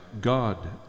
God